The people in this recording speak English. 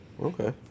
Okay